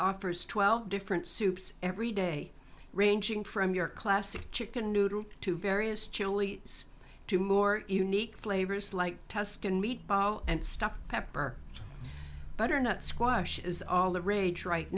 offers twelve different soups every day ranging from your classic chicken noodle to various chili sauce to more unique flavors lie tuscan meat ball and stuff pepper butternut squash is all the rage right